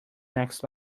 next